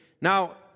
Now